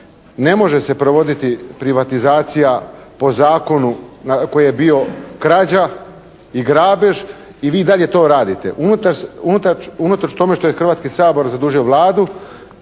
Ne može se provoditi privatizacija po zakonu koji je bio krađa i grabež i vi dalje to radite, unatoč tome što je Hrvatski sabor zadužio Vladu,